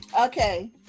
Okay